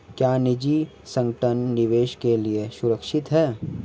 क्या निजी संगठन निवेश के लिए सुरक्षित हैं?